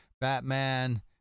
Batman